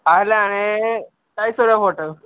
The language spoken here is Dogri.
अस लैन्ने ढाई सौ रपेआ फुट